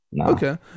Okay